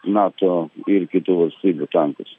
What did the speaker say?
nato ir kitų valstybių tankus